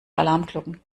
alarmglocken